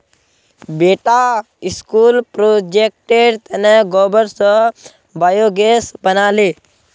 बेटा स्कूल प्रोजेक्टेर तने गोबर स बायोगैस बना ले